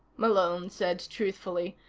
malone said truthfully,